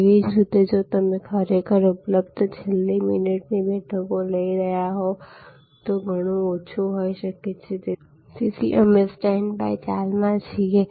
તેવી જ રીતે જો તમે ખરેખર ઉપલબ્ધ છેલ્લી મિનિટની બેઠકો લઈ રહ્યા હોવ તો તે ઘણું ઓછું હોઈ શકે છે તેથી અમે સ્ટેન્ડબાય ચાલમાં છીએ